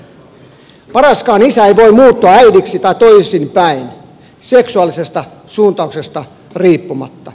paraskaan isä ei voi muuttua äidiksi tai toisinpäin seksuaalisesta suuntautumisesta riippumatta